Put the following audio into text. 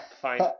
fine